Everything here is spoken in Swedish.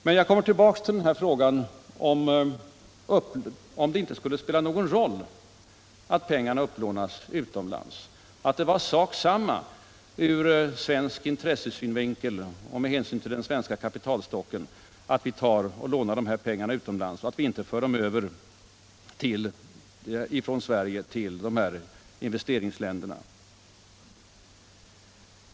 Jag återkommer till frågan om det inte skulle spela någon roll att pengarna lånas upp utomlands. Herr Hermansson gjorde gällande att det ur svensk intressesynvinkel och med hänsyn till den svenska kapitalstocken var sak samma om pengarna lånades utomlands och inte överfördes från Sverige till investeringsländerna.